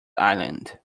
island